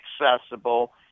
accessible